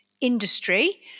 industry